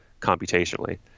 computationally